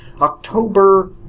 October